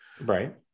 right